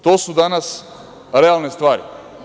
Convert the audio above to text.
To su danas realne stvari.